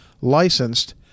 licensed